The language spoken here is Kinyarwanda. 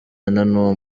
n’uwo